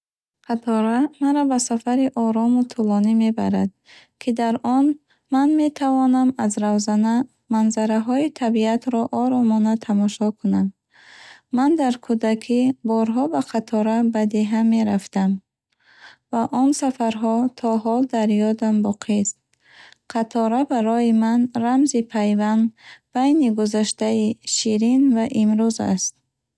Қатора маро ба сафари орому тӯлонӣ мебарад, ки дар он ман метавонам аз равзана манзараҳои табиатро оромона тамошо кунам. Ман дар кӯдакӣ борҳо бо қатора ба деҳа мерафтам ва он сафарҳо то ҳол дар ёдам боқист. Қатора барои ман рамзи пайванд байни гузаштаи ширин ва имрӯз аст.